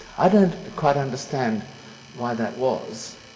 i don't quite understand why that was.